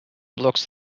blocks